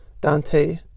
Dante